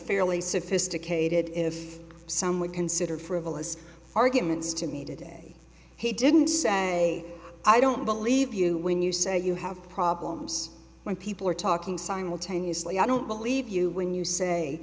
fairly sophisticated if some would consider frivolous arguments to me today he didn't say i don't believe you when you say you have problems when people are talking simultaneously i don't believe you when you say